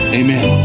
amen